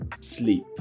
sleep